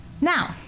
Now